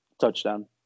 Touchdown